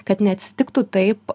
kad neatsitiktų taip